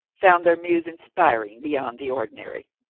found their muse inspiring beyond the ordinary.